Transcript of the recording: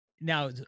now